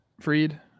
Freed